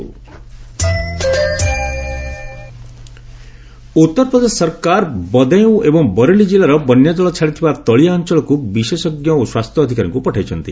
UP flood Uttar Pradesh ସରକାର ବଦାୟୁନ ଏବଂ ବରେଲି କିଲ୍ଲାର ବନ୍ୟାଜଳ ଛାଡିଥିବା ତଳିଆ ଅଞ୍ଚଳକୁ ବିଶେଷଜ୍ଞ ଓ ସ୍ୱାସ୍ଥ୍ୟ ଅଧିକାରୀଙ୍କୁ ପଠାଇଛନ୍ତି